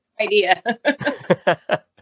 idea